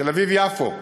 תל-אביב יפו,